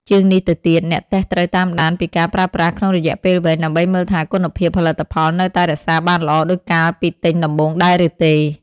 ជាងនេះទៅទៀត អ្នកតេស្តត្រូវតាមដានពីការប្រើប្រាស់ក្នុងរយៈពេលវែង ដើម្បីមើលថាគុណភាពផលិតផលនៅតែរក្សាបានល្អដូចកាលពីទិញដំបូងដែរឬទេ។